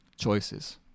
choices